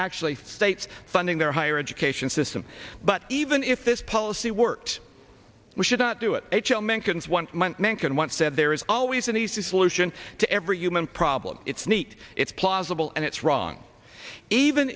actually states funding their higher education system but even if this policy works we should not do it h l mencken one man can once said there is always an easy solution to every human problem it's neat it's plausible and it's wrong even